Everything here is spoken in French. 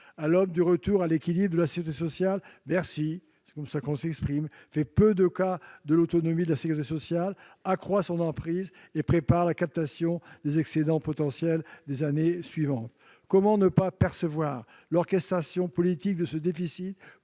À l'aube du retour à l'équilibre de la sécurité sociale, Bercy- c'est ainsi que l'on s'exprime -fait peu de cas de son autonomie, accroît son emprise et prépare la captation des excédents potentiels des années suivantes. Comment ne pas percevoir l'orchestration politique de ce déficit,